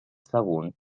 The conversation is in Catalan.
sagunt